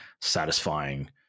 satisfying